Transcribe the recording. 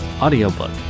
audiobook